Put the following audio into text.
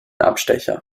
abstecher